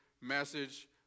message